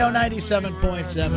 97.7